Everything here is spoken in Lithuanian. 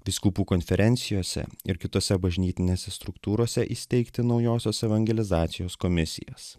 vyskupų konferencijose ir kitose bažnytinėse struktūrose įsteigti naujosios evangelizacijos komisijas